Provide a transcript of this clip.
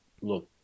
look